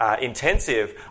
Intensive